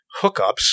hookups